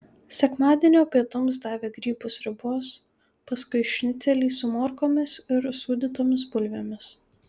sekmadienio pietums davė grybų sriubos paskui šnicelį su morkomis ir sūdytomis bulvėmis